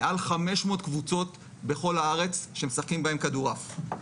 מעל 500 קבוצות בכל הארץ שמשחקים בהן כדורעף.